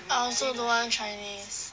I also don't want chinese